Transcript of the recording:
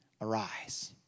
arise